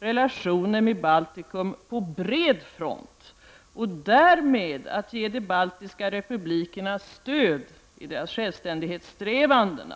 relationer med Baltikum på bred front och att därmed ge de baltiska republikerna stöd i deras självständighetssträvanden.